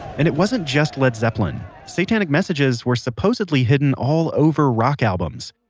and it wasn't just led zeppelin. satanic messages were supposedly hidden all over rock albums.